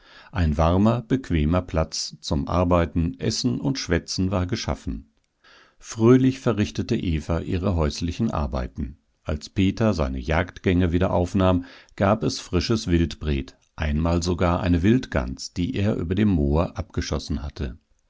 ein warmer bequemer platz zum arbeiten essen und schwätzen war geschaffen fröhlich verrichtete eva ihre häuslichen arbeiten als peter seine jagdgänge wieder aufnahm gab es frisches wildbret einmal sogar eine wildgans die er über dem moor abgeschossen hatte